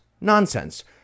nonsense